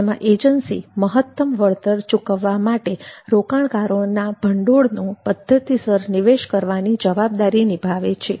જેમાં એજન્સી મહત્તમ વળતર ચૂકવવા માટે રોકાણકારોના ભંડોળનો પદ્ધતિસર નિવેશ કરવાની જવાબદારી નિભાવે છે